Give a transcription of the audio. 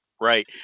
Right